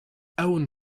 own